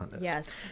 Yes